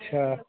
अच्छा